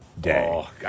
Day